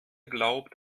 glaubt